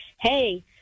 hey